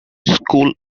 school